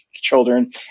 children